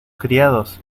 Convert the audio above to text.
criados